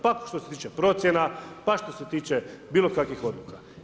Pa što se tiče procjena, pa što se tiče bilo kakvih odluka.